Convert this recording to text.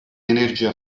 energia